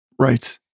Right